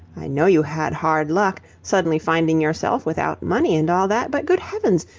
i know you had hard luck, suddenly finding yourself without money and all that, but, good heavens,